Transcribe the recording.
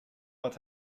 but